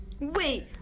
Wait